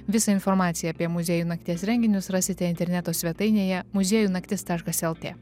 visą informaciją apie muziejų nakties renginius rasite interneto svetainėje muziejų naktis taškas el te